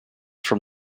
from